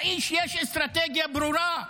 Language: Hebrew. לאיש יש אסטרטגיה ברורה,